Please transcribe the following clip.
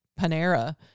Panera